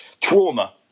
trauma